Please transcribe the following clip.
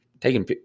taking